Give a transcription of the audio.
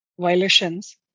violations